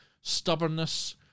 stubbornness